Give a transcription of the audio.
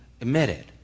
emitted